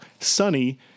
sunny